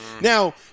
Now